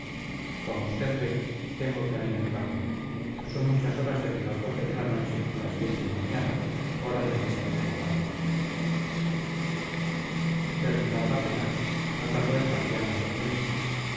como usted ve tengo que alimentarme son muchas horas desde las doce de la noche a las diez de la mañana hora de la misa de campaña terminada la cena no tardó el capellán en dormirse